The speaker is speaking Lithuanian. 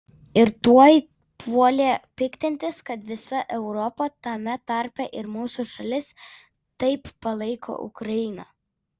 ir tuoj puolė piktintis kad visa europa tame tarpe ir mūsų šalis taip palaiko ukrainą